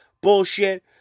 bullshit